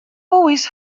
always